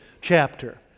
chapter